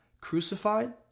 crucified